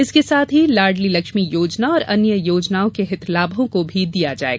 इसके साथ ही लाड़ली लक्ष्मी योजना और अन्य योजनाओं के हितलाभों को भी दिया जाये